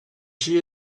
she